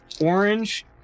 orange